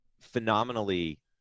phenomenally